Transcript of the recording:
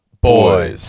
Boys